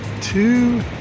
two